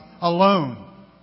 alone